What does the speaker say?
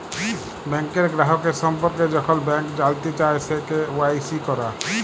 ব্যাংকের গ্রাহকের সম্পর্কে যখল ব্যাংক জালতে চায়, সে কে.ওয়াই.সি ক্যরা